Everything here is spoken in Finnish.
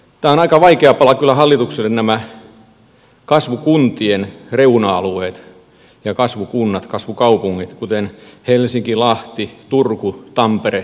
tämä on aika vaikea pala kyllä hallitukselle nämä kasvukuntien reuna alueet ja kasvukunnat kasvukaupungit kuten helsinki lahti turku tampere oulu